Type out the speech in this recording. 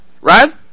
right